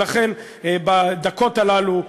ולכן בדקות הללו,